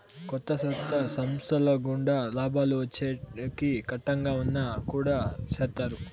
కొత్త కొత్త సంస్థల గుండా లాభాలు వచ్చేకి కట్టంగా ఉన్నా కుడా చేత్తారు